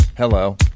Hello